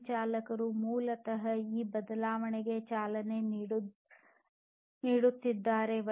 ಈ ಚಾಲಕರು ಮೂಲತಃ ಈ ಬದಲಾವಣೆಗೆ ಚಾಲನೆ ನೀಡುತ್ತಿದ್ದಾರೆ